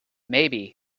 maybe